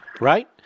Right